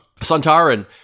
Santarin